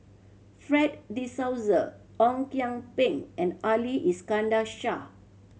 Fred De Souza Ong Kian Peng and Ali Iskandar Shah